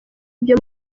ibyo